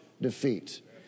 defeat